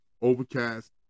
Overcast